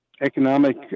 economic